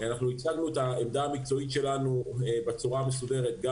אנחנו הצגנו את העמדה המקצועית שלנו בצורה מסודרת גם